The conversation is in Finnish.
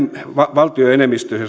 valtioenemmistöisiä